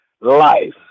life